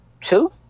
Two